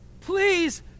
please